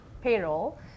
payroll